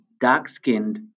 Dark-Skinned